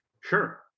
Sure